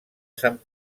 sant